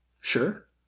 Sure